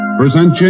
present